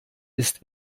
ist